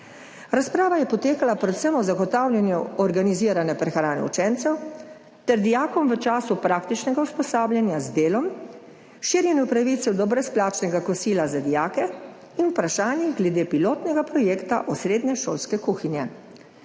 Razprava je potekala predvsem o zagotavljanju organizirane prehrane učencem ter dijakom v času praktičnega usposabljanja z delom, širjenju pravice do brezplačnega kosila za dijake in vprašanjih glede pilotnega projekta osrednje šolske kuhinje.